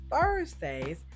Thursdays